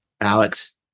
alex